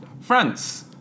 France